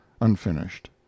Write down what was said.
unfinished